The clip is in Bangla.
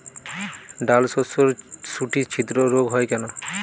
ডালশস্যর শুটি ছিদ্র রোগ হয় কেন?